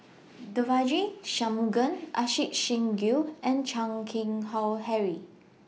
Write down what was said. Devagi Sanmugam Ajit Singh Gill and Chan Keng Howe Harry